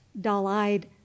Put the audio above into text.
dull-eyed